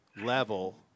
level